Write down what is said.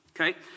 Okay